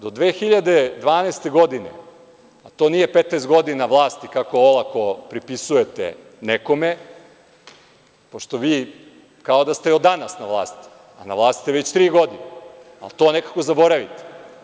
Do 2012. godine, to nije 15 godina vlasti kako olako pripisujete nekome, pošto vi kao da ste od danas na vlasti, a na vlasti ste već tri godine, ali to nekako zaboravite.